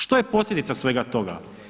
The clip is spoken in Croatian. Što je posljedica svega toga?